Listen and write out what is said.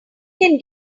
can